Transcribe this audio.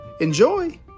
Enjoy